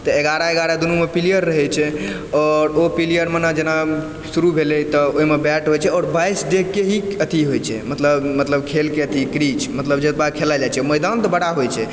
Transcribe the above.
तऽ एगारह एगारह दुनूमे पिलियर रहै छै आओर ओ पिलियरमे ने जेना शुरू भेलै तऽ ओहिमे बैट होइ छै आओर बाइस डेग के ही अथि होइ छै मतलब मतलब खेल के अथि क्रिच मतलब जेतबा खेलाल जाइ छै मैदान तऽ बड़ा होइ छै